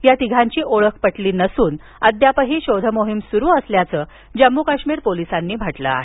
या तिघांची ओळख पटली नसून अद्यापही शोधमोहीम सुरु असल्याचं जम्मू काश्मीर पोलिसांनी म्हटलं आहे